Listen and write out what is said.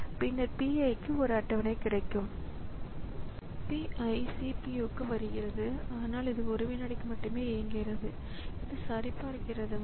எனவே ஒரு தீர்வு என்னவென்றால் ப்ராஸஸர் அவ்வப்போது ஏதேனும் செய்து பயனாளர் ஏதேனும் ஒரு விசையை அழுத்தியுள்ளாரா இல்லையா என்பதை மீண்டும் வந்து சரிபார்க்கலாம்